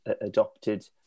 adopted